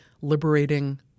liberating